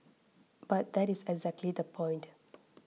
but that is exactly the point